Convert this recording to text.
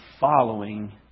following